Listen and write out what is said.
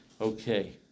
Okay